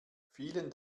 vielen